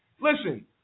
Listen